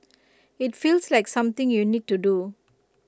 IT feels like something you need to do